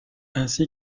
ainsi